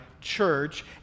church